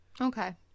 Okay